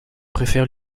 préfère